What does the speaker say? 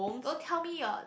don't tell me your